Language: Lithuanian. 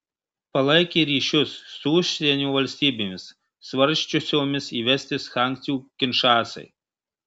palaikė ryšius su užsienio valstybėmis svarsčiusiomis įvesti sankcijų kinšasai